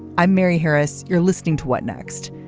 i'm mary harris. you're listening to what next.